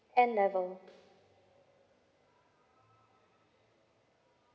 n level